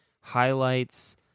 highlights